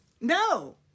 No